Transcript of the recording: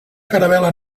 caravel·la